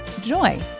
joy